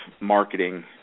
marketing